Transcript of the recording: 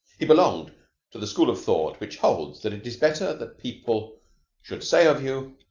he belonged to the school of thought which holds that it is better that people should say of you,